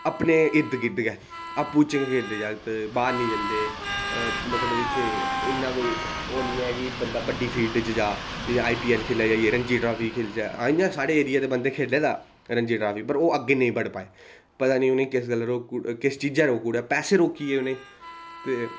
अपने इर्दगिर्द गै आपूं च गै खेढदे जागत बाह्र नेईं जंदे मतलब इत्थै इन्ना कोई ओह् नेईं ऐ कि बंदा बड़ी फील्ड च जा जां आईपीऐल्ल खेढै जां रंजी ट्राफी खेढचै इ'यां साढे़ एरिये दे बंदे खेढे दा राॅजी ट्राफी पर ओह् अग्गें नेईं बधी पाए पता नेईं उ'नेंगी किस गल्ला रुकी किस चीज च रोकी ओड़ेआ पैसे रोकी गे उ'नें गी ते